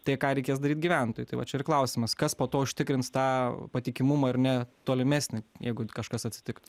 tai ką reikės daryt gyventojui tai va čia ir klausimas kas po to užtikrins tą patikimumą ar ne tolimesnį jeigu kažkas atsitiktų